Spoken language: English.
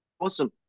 awesome